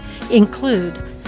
include